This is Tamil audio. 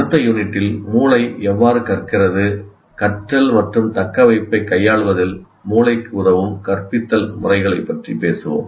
அடுத்த யூனிட்டில் மூளை எவ்வாறு கற்கிறது கற்றல் மற்றும் தக்கவைப்பைக் கையாள்வதில் மூளைக்கு உதவும் கற்பித்தல் முறைகளைப் பற்றி பேசுவோம்